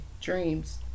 dreams